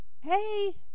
Hey